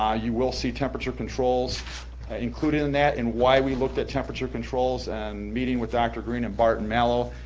ah you will see temperature controls included in that, and why we looked at temperature controls and meeting with dr. green and barton malow,